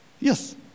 yes